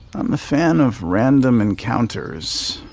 i'm a fan of random encounters.